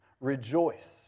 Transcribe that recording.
Rejoice